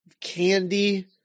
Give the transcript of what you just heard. candy